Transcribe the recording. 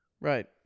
Right